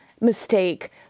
mistake